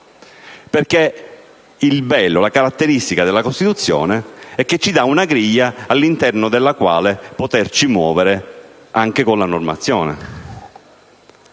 fermi. Il bello, la caratteristica della Costituzione è che ci dà una griglia all'interno della quale poterci muovere anche con la normazione.